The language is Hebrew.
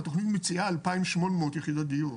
התכנית מציעה אלפיים שמונה מאות יחידות דיור.